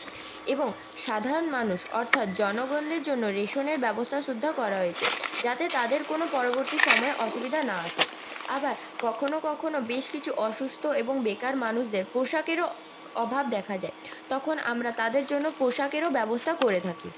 এবং সাধারণ মানুষ অর্থাৎ জনগণদের জন্য রেশনের ব্যবস্থা শুদ্ধ করা হয়েছে যাতে তাদের কোনো পরবর্তী সময়ে অসুবিধা না আসে আবার কখনো কখনো বেশ কিছু অসুস্থ এবং বেকার মানুষদের পোশাকেরও অভাব দেখা যায় তখন আমরা তাঁদের জন্য পোশাকেরও ব্যবস্থা করে থাকি